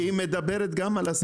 היא מדברת גם על עסקים קטנים.